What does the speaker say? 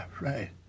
right